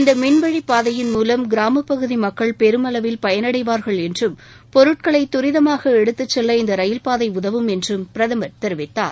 இந்த மின்வழி பாதையின் மூலம் கிராமப்பகுதி மக்கள் பெருமளவில் பயனடைவார்கள் என்றும் பொருட்களை துரிதமாக எடுத்துச்செல்ல இந்த ரயில்பாதை உதவும் என்றும் பிரதமர் தெரிவித்தார்